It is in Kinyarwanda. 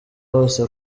hose